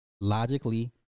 logically